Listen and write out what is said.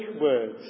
words